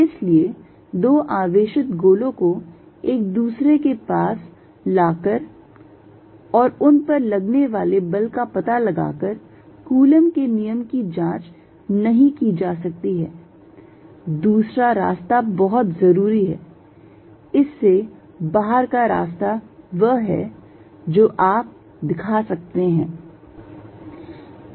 इसलिए दो आवेशित गोलों को एक दूसरे के पास लाकर और उन पर लगने वाले बल का पता लगाकर कूलॉम के नियम की जांच नहीं की जा सकती है दूसरा रास्ता बहुत जरूरी है इस से बाहर का रास्ता वह है जो आप दिखा सकते हैं